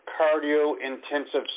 cardio-intensive